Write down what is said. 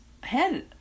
head